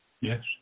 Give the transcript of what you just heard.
Yes